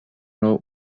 nord